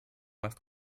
must